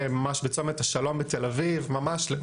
ממש בצומת השלום בתל אביב,